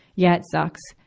yeah, it sucks,